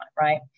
right